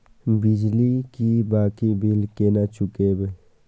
बिजली की बाकी बील केना चूकेबे?